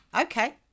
Okay